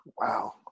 Wow